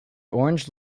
orange